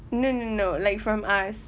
no no no like from us